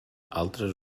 altres